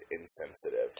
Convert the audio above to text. insensitive